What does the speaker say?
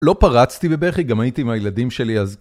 לא פרצתי בבכי, גם הייתי עם הילדים שלי אז...